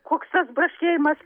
koks tas braškėjimas